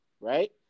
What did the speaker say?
Right